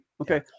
okay